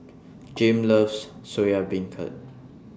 Jame loves Soya Beancurd